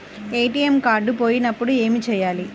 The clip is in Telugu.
ఏ.టీ.ఎం కార్డు పోయినప్పుడు ఏమి చేయాలి?